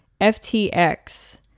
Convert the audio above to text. FTX